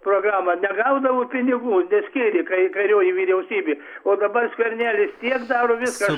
programa negaudavo pinigų neskyrė kai kairioji vyriausybė o dabar skvernelis tiek daro viską